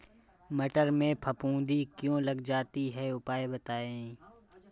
मटर में फफूंदी क्यो लग जाती है उपाय बताएं?